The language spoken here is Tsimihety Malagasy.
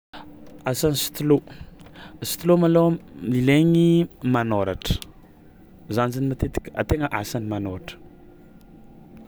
Asan'ny stylo, stylo malôha ilaigny manôratra, zany zany matetiky tegna asany manôratra.